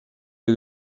est